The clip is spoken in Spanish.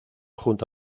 junto